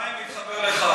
חיים מתחבר לחיים.